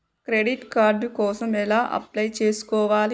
Credit card కోసం ఎలా apply చేసుకోవాలి?